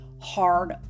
hard